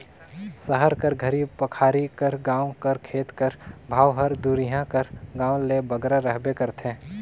सहर कर घरी पखारी कर गाँव कर खेत कर भाव हर दुरिहां कर गाँव ले बगरा रहबे करथे